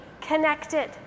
connected